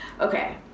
Okay